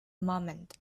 moment